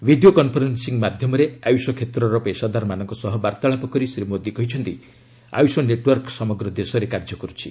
video conferencing ମାଧ୍ୟମରେ ଆୟୁଷ କ୍ଷେତ୍ରର ପେଷାଦାରମାନଙ୍କ ସହ ବାର୍ଭାଳାପ କରି ଶ୍ରୀ ମୋଦୀ କହିଛନ୍ତି ଆୟୁଷ ନେଟୱର୍କ ସମଗ୍ର ଦେଶରେ କାର୍ଯ୍ୟ କରୁଛି